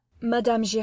madame